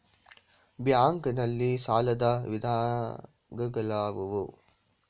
Bank ನಲ್ಲಿ ಸಾಲದ ವಿಧಗಳಾವುವು?